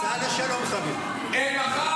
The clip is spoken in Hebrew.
סע לשלום --- אין מחר?